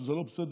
שזה לא בסדר,